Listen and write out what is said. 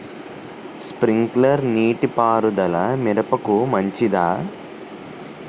Sprinkler నీటిపారుదల మిరపకు మంచిదా?